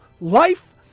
life